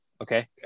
Okay